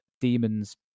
Demons